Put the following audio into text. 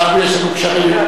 אנחנו יש לנו קשרים.